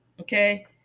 okay